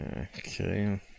Okay